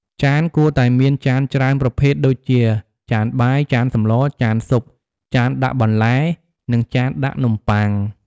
ចាន គួរតែមានចានច្រើនប្រភេទដូចជា ចានបាយ ចានសម្ល ចានស៊ុប ចានដាក់បន្លែ និងចានដាក់នំប៉័ង។